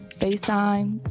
FaceTime